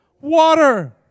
Water